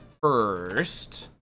first